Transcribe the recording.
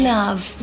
Love